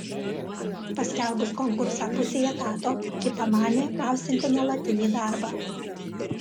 paskelbus konkursą pusei etato ji pamanė gausianti nuolatinį darbą